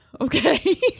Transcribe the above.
Okay